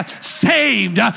saved